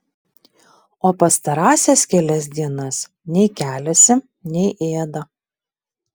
o pastarąsias kelias dienas nei keliasi nei ėda